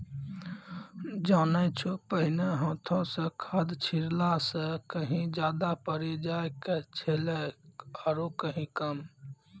जानै छौ पहिने हाथों स खाद छिड़ला स कहीं ज्यादा पड़ी जाय छेलै आरो कहीं कम